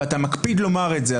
ואתה מקפיד לומר את זה,